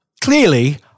clearly